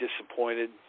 disappointed